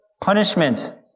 punishment